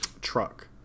truck